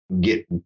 Get